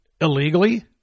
Illegally